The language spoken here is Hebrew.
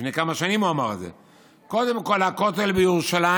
לפני כמה שנים הוא אמר את זה: "קודם כול הכותל הוא בירושלים,